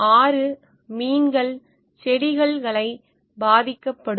ஆறு மீன்கள் செடிகள் களைகள் பாதிக்கப்படும்